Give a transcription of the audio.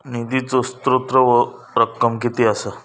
निधीचो स्त्रोत व रक्कम कीती असा?